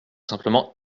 simplement